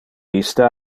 iste